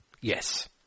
Yes